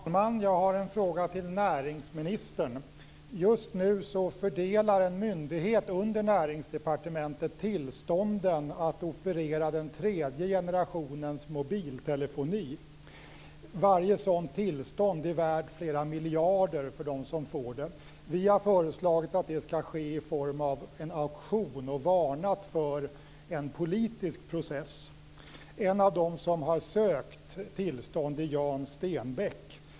Fru talman! Jag har en fråga till näringsministern. Just nu fördelar en myndighet under Näringsdepartementet tillstånden att operera den tredje generationens mobiltelefoni. Varje sådant tillstånd är värt flera miljarder för dem som får det. Vi har föreslagit att det ska ske i form av en auktion och varnat för en politisk process. En av dem som sökt tillstånd är Jan Stenbeck.